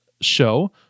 show